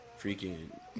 freaking